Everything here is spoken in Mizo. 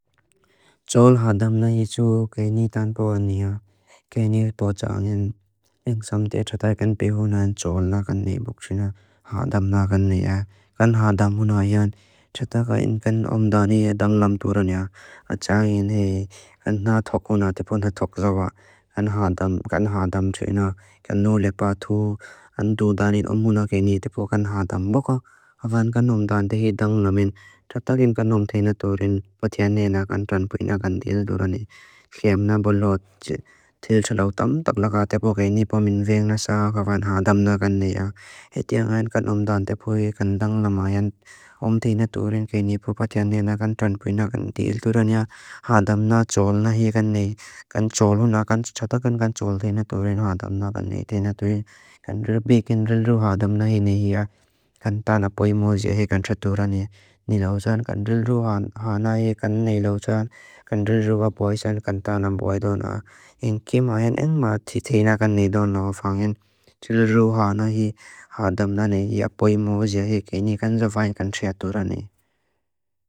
ḏol ḥaḍam na yi tsu kainí tanpoa niha, kainí bó tsa'angin. Inksam tia txatái kan pehu na ḥaḍol na kan neibókshi na ḥaḍam na kan niha. Kan ḥaḍam hu na iyan, txatái ka in kan omdáni danlam tóorániya. A tsa'angin hei kan na thóku na típo na thók zába. Kan ḥaḍam, kan ḥaḍam tói na kan nóle pátú, kan dóodáni omhú na kainí típo kan ḥaḍam bóka. ḥaḍam kan omdáni típo kan ḥaḍam na kan neibókshi na ḥaḍol na kan neibókshi na ḥaḍam na kan neibókshi na ḥaḍam na kan neibókshi na ḥaḍam na kan neibókshi na ḥaḍam na kan neibókshi na ḥaḍam na kan neibókshi na ḥaḍam na kan neibókshi na ḥaḍam na kan neibókshi na ḥaḍam na kan neibókshi na ḥaḍam na kan neibókshi na ḥaḍam na kan neibókshi na ḥaḍam na kan neibókshi na ḥaḍam na kan neibó ḥaḍam na kan neibókshi na ḥaḍam na kan neibókshi na ḥaḍam na kan neibókshi na ḥaḍam na kan neibókshi na ḥaḍam na kan neibókshi na ḥaḍam na kan neibókshi na ḥaḍam na kan neibókshi na ḥaḍam na kan neibókshi na ḥaḍam na kan neibókshi na ḥaḍam na kan neibókshi na ḥaḍam na kan neibókshi na ḥaḍam na kan neibókshi na ḥaḍam na kan neibókshi na ḥaḍam na kan neibókshi na ḥaḍam na kan neib